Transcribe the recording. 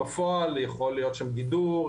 בפועל יכול להיות שם גידור,